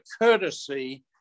courtesy